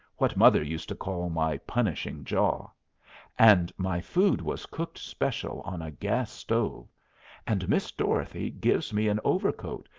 what mother used to call my punishing jaw and my food was cooked special on a gas-stove and miss dorothy gives me an overcoat,